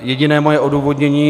Jediné moje odůvodnění.